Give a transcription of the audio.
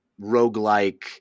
roguelike